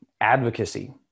advocacy